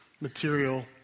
material